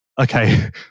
Okay